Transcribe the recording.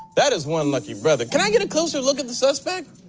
that is one lucky brother. can i get a closer look at the suspect?